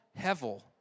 hevel